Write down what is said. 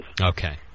Okay